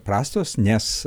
prastos nes